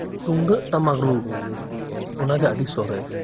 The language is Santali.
ᱛᱩᱢᱫᱟᱹᱜ ᱴᱟᱢᱟᱠ ᱨᱩ ᱚᱱᱟᱜᱮ ᱟᱹᱰᱤ ᱥᱚᱨᱮᱥ